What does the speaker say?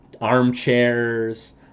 armchairs